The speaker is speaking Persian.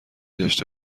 داشته